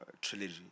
trilogy